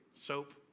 soap